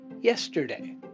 yesterday